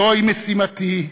זוהי משימתי,